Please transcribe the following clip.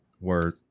Word